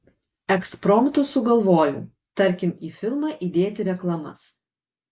ekspromtu sugalvojau tarkim į filmą įdėti reklamas